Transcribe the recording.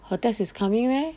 her test is coming meh